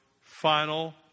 final